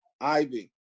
Ivy